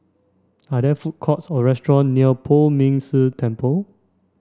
are there food courts or restaurant near Poh Ming Tse Temple